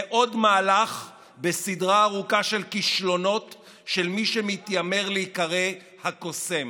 זהו עוד מהלך בסדרה ארוכה של כישלונות של מי שמתיימר להיקרא "הקוסם".